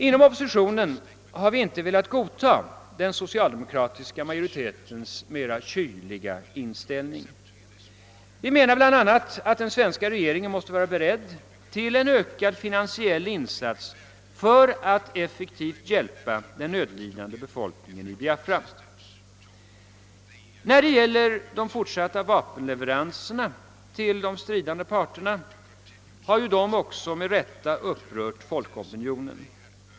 Inom oppositionen har vi inte velat godta den socialdemokratiska majoritetens mer kyliga inställning. Vi menar bl.a. att den svenska regeringen måste vara beredd till ökad finansiell insats för att effektivt hjälpa den nödlidande befolkningen i Biafra. De fortsatta vapenleveranserna till de stridande parterna har också med rätta upprört folkopinionen.